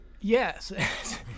Yes